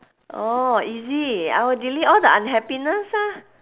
oh easy I would delete all the unhappiness ah